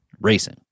racing